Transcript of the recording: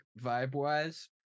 vibe-wise